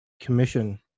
commission